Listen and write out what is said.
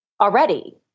already